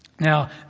Now